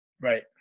Right